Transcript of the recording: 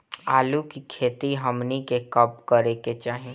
आलू की खेती हमनी के कब करें के चाही?